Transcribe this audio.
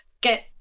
get